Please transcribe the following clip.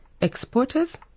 exporters